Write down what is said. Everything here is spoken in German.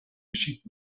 geschieht